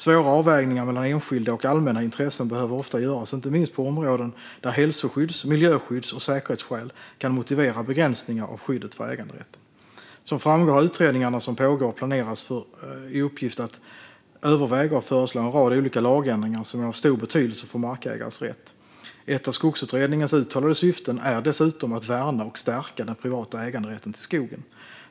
Svåra avvägningar mellan enskilda och allmänna intressen behöver ofta göras inte minst på områden där hälsoskydds, miljöskydds och säkerhetsskäl kan motivera begränsningar av skyddet för äganderätten. Som framgår har utredningarna som pågår och planeras för i uppgift att överväga och föreslå en rad olika lagändringar som är av stor betydelse för markägares rätt. Ett av Skogsutredningens uttalade syften är dessutom att värna och stärka den privata äganderätten till skogen.